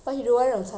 you want to take